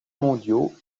mondiaux